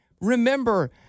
remember